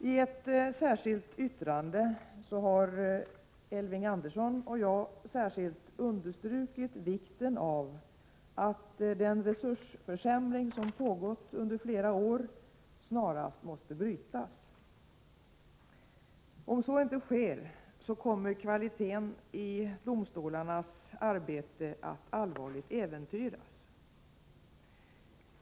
I ett särskilt yttrande har Elving Andersson och jag särskilt understrukit vikten av att den resursförsämring som pågått under flera år snarast måste brytas. Om så inte sker kommer kvaliteten i domstolarnas arbete att allvarligt äventyras.